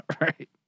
Right